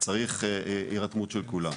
צריך את ההירתמות של כולם.